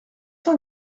cent